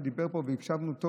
הוא דיבר פה והקשבנו טוב.